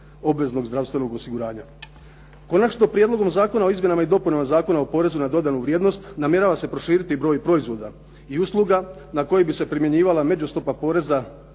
obveznog zdravstvenog osiguranja. Konačno Prijedlogom zakona o Izmjenama i dopunama Zakona o porezu na dodanu vrijednost namjerava se proširiti i broj proizvoda i usluga na koji bi se primjenjivala međustopa poreza